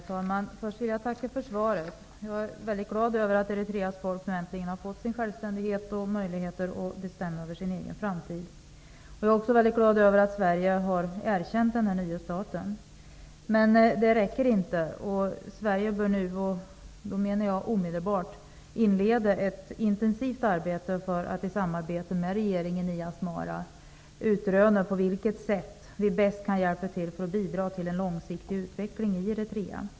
Herr talman! Först vill jag tacka för svaret. Jag är väldigt glad över att Eritreas folk nu äntligen har fått sin självständighet och möjlighet att bestämma över sin egen framtid. Jag är också väldigt glad över att Sverige har erkänt den här nya staten, men det räcker inte. Sverige bör nu -- då menar jag omedelbart -- inleda ett intensivt arbete för att i samarbete med regeringen i Asmara utröna på vilket sätt som Sverige bäst kan hjälpa till för att bidra till en långsiktig utveckling i Eritrea.